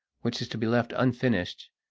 which is to be left unfinished,